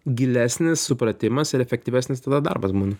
gilesnis supratimas ir efektyvesnis tada darbas būna